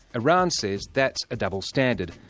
iran says that's a double standard,